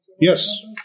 Yes